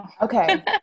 Okay